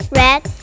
red